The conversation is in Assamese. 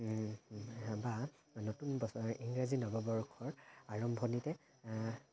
বা বা নতুন বছৰ ইংৰাজী নৱবৰ্ষৰ আৰম্ভণিতে